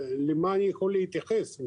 למה אני יכול להתייחס?